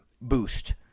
boost